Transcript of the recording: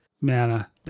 Mana